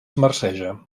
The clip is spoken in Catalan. marceja